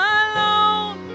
alone